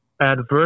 adverse